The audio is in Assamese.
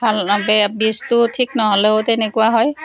ভাল নে বেয়া বীজটো ঠিক নহ'লেও তেনেকুৱা হয়